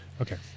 Okay